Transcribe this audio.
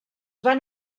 van